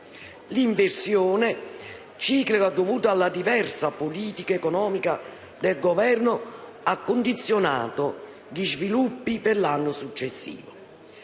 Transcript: L'inversione ciclica, dovuta alla diversa politica economica del Governo, ha condizionato gli sviluppi per l'anno successivo.